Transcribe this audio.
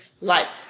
life